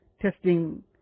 testing